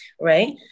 right